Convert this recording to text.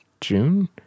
June